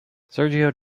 sergio